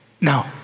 No